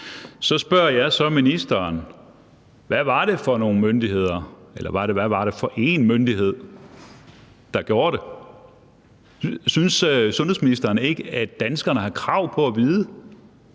Så spørger jeg så ministeren, hvad det var for nogle myndigheder, eller hvad var det for en myndighed, der gjorde det. Synes sundhedsministeren ikke, at danskerne har krav på at vide,